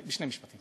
שני משפטים.